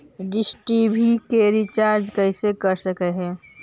Dish TV के recharge कैसे कर सक हिय?